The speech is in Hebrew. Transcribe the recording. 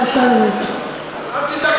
בבקשה, אדוני.